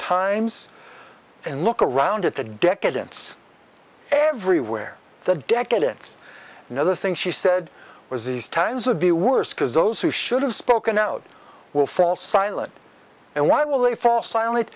times and look around at the decadence everywhere that decadence and other things she said was these times of the worst because those who should have spoken out will fall silent and why will they fall silent